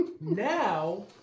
Now